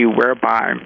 whereby